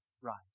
rise